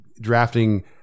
drafting